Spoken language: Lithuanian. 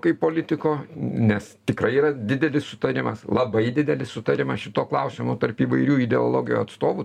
kaip politiko nes tikrai yra didelis sutarimas labai didelis sutarimas šituo klausimu tarp įvairių ideologijų atstovų